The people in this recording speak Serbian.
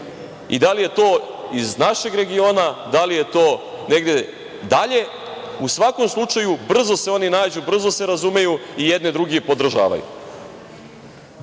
i da li je to iz našeg regiona, da li je to negde dalje. U svakom slučaju brzo se oni nađu, brzo se razumeju i jedni druge podržavaju. Stvar